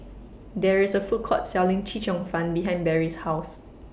There IS A Food Court Selling Chee Cheong Fun behind Barrie's House